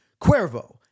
Cuervo